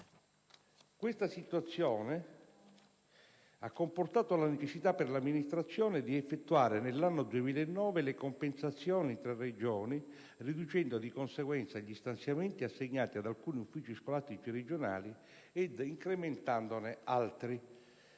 Questa situazione ha comportato la necessità per l'Amministrazione di effettuare, nell'anno 2009, le compensazioni tra Regioni, riducendo, di conseguenza, gli stanziamenti assegnati ad alcuni uffici scolastici regionali ed incrementandone altri.